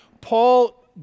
Paul